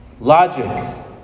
Logic